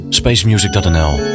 spacemusic.nl